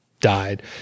died